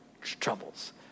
troubles